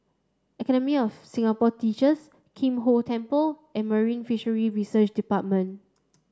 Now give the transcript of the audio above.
Academy of Singapore Teachers Kim Hong Temple and Marine Fisheries Research Department